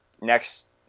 next